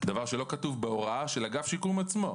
דבר שלא כתוב בהוראה של אגף השיקום עצמו.